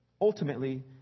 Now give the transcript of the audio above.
ultimately